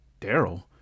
Daryl